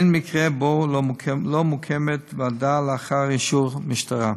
אין מקרה שבו לא מוקמת ועדה לאחר אישור משטרה.